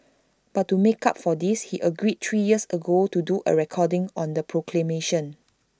but to make up for this he agreed three years ago to do A recording on the proclamation